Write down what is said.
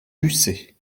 lucé